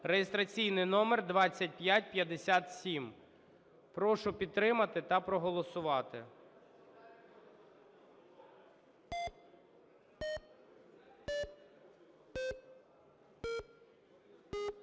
(реєстраційний номер 2557). Прошу підтримати та проголосувати.